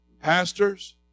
pastors